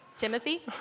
Timothy